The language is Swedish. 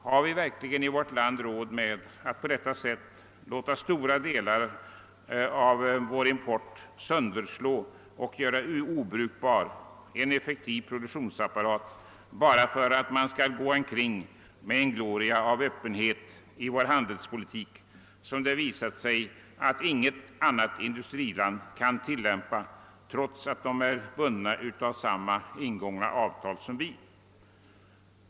Har vi verkligen i vårt land råd att på detta sätt låta import sönderslå en effektiv produktionsapparat och i stora delar göra den obrukbar bara för att vi skall gå omkring med en gloria av öppenhet över vår handelspolitik? Det har ändå visat sig att inga andra industriländer kan tillämpa en sådan politik, trots att de är bundna av samma ingångna avtal som vi.